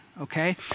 Okay